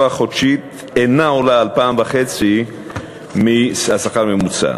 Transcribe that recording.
החודשית אינה עולה על פי-1.5 השכר הממוצע.